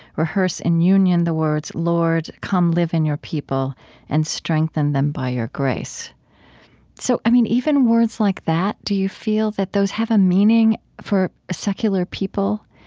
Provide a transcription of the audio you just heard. rehearse in union the words lord, come, live in your people and strengthen them by your grace so, i mean, even words like that do you feel that those have a meaning for a secular people,